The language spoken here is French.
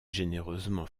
généreusement